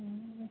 हुँ